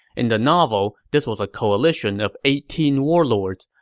in the novel, this was a coalition of eighteen warlords,